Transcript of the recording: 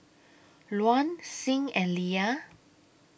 Luann Sing and Lia